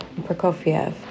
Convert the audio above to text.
Prokofiev